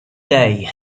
day